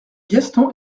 gaston